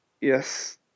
Yes